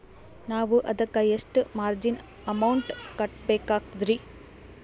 ನಾವು ಅದಕ್ಕ ಎಷ್ಟ ಮಾರ್ಜಿನ ಅಮೌಂಟ್ ಕಟ್ಟಬಕಾಗ್ತದ್ರಿ?